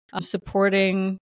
supporting